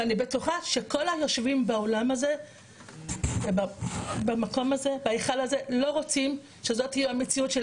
שאני בטוחה שכל היושבים באולם הזה לא רוצים שזאת תהיה המציאות של